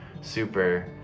super